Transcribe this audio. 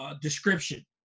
Description